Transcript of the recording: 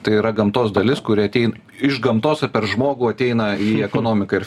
tai yra gamtos dalis kuri atein iš gamtos ir per žmogų ateina į ekonomiką ir